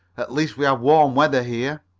at least we have warm weather here.